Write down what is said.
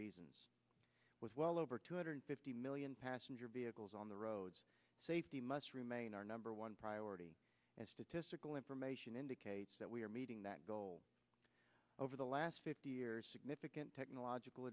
reasons with well over two hundred fifty million passenger vehicles on the road safety must remain our number one priority as statistical information indicates that we are meeting that goal over the last fifty years significant technological